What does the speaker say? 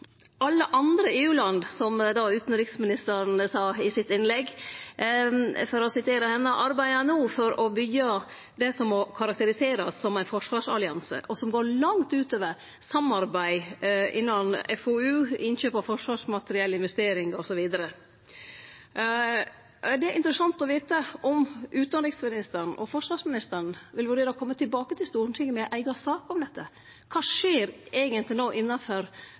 utanriksministeren sa i innlegget sitt: Alle andre EU-land arbeider no for å byggje det som må karakteriserast som ein forsvarsallianse, og som går langt ut over samarbeid innan FoU, innkjøp av forsvarsmateriell, investeringar osv. Det er interessant å vite om utanriksministeren og forsvarsministeren vil vurdere å kome tilbake til Stortinget med ei eiga sak om dette. Kva skjer eigentleg no innanfor